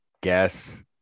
guess